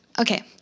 okay